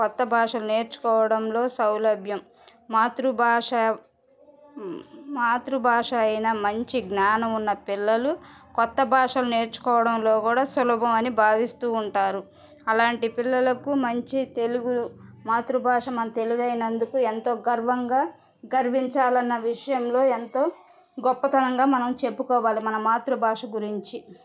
కొత్త భాషలు నేర్చుకోవడంలో సౌలభ్యం మాతృభాష మాతృభాష అయినా మంచి జ్ఞానం ఉన్న పిల్లలు కొత్త భాషలు నేర్చుకోవడంలో గూడా సులభం అని భావిస్తూ ఉంటారు అలాంటి పిల్లలకు మంచి తెలుగు మాతృభాష మన తెలుగు అయినందుకు ఎంతో గర్వంగా గర్వించాలన్న విషయంలో ఎంతో గొప్పతనంగా మనం చెప్పుకోవాలి మన మాతృభాష గురించి